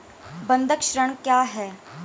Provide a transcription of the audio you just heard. बंधक ऋण क्या है?